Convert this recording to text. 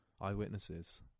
eyewitnesses